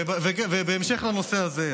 ובהמשך לנושא זה,